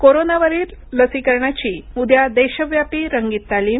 कोरोनावरील लसीकरणाची उद्या देशव्यापी रंगीत तालीम